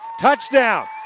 touchdown